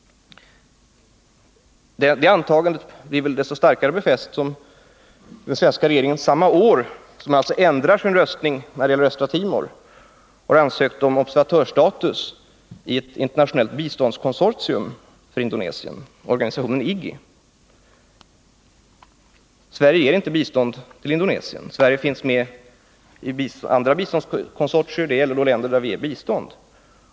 Det antagandet blir desto starkare befäst som den svenska regeringen, samma år som den ändrar sin röstning när det gäller Östra Timor, har ansökt om observatörsstatus i ett internationellt biståndskonsortium för Indonesien, organisationen IGGI. Sverige ger inte bistånd till Indonesien. Sverige finns med i andra biståndskonsortier. Det gäller länder till vilka vi ger bistånd.